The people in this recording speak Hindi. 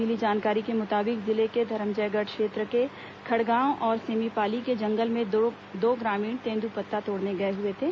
मिली जानकारी के मुताबिक जिले के धरमजयगढ़ क्षेत्र के खड़गांव और सेमीपाली के जंगल में दो ग्रामीण तेंदूपत्ता तोड़ने गए हुए थे